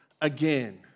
again